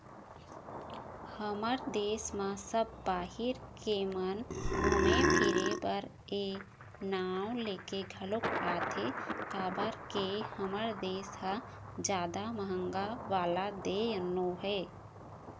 हमर देस म सब बाहिर के मन घुमे फिरे बर ए नांव लेके घलोक आथे काबर के हमर देस ह जादा महंगा वाला देय नोहय